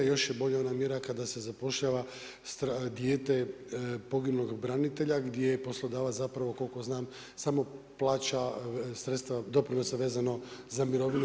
Još je bolja ona mjera kada se zapošljava dijete poginulog branitelja gdje je poslodavac koliko znam samo plaća sredstva doprinosa vezano za mirovinu i